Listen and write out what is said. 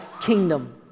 kingdom